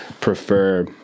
prefer